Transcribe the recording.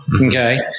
Okay